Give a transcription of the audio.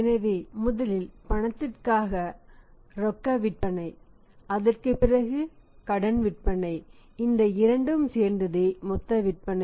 எனவே முதலில் பணத்திற்காக ரொக்க விற்பனை அதற்குப் பிறகு கடன் விற்பனை மற்றும் இந்த இரண்டும் சேர்ந்ததே மொத்தவிற்பனை